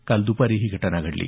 काल दुपारी ही घटना घडली